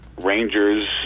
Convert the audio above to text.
Rangers